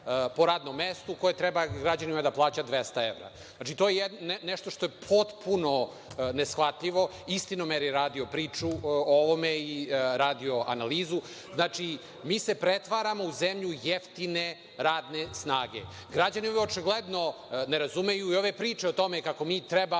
po radnom mestu koje treba građanima da plaća 200 evra. To je nešto potpuno neshvatljivo. „Istinomer“ je radio priču o ovome i radio analizu. Znači, mi se pretvaramo u zemlju jeftine radne snage. Građani to očigledno ne razumeju i ove priče o tome kako mi trebamo